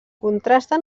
contrasta